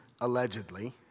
allegedly